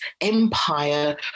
empire